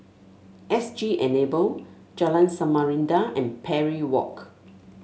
S G Enable Jalan Samarinda and Parry Walk